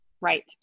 Right